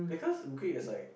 because Greek is like